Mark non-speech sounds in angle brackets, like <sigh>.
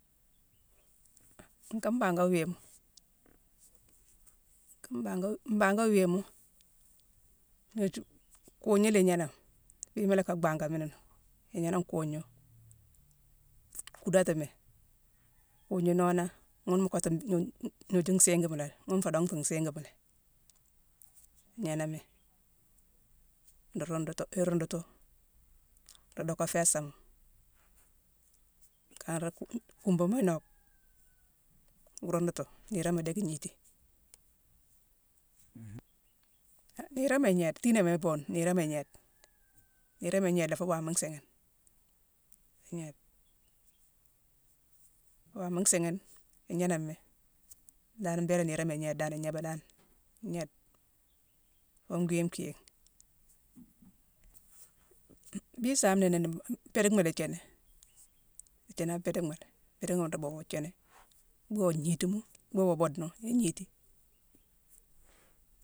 Nkaa mbanga wiima, nka mbanga-mbanga wiima, <hesitation> kuugna la ignéname, wiima i locka bhangha mini. Ignéname kuugna, kudatimi, kuugna nooné, ghune mu kottu-gn-gn-gnoju nsiigi ma laghi ghune nféé dongtu nsiigi ma laghi. Ignénami, nruu rundutu-irundutu, nruu docké féstama, kanré-ku-kuubama incok, rundutu. niiroma déck igniti. <unintelligible> han niiroma ngnééde, tiinama ibuune, niiroma ignééde. Niiroma ignééde foo waama nsiighine. Ignééde. Waama nsiighine, ignéname mi dari mbééla niiroma ignééde dan, ignéébé dan, gnééde foo ngwii nthiigh. U-bhii nsaa nini biidickma la ithiini. Ithini a biidickma lé, biidickma la nruu buuwo ithiini, bhuuwo ngnitima, bhuuwo buudena igniti